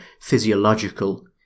physiological